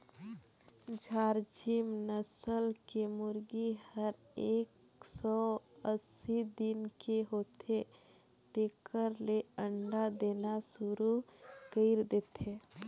झारसिम नसल के मुरगी हर एक सौ अस्सी दिन के होथे तेकर ले अंडा देना सुरु कईर देथे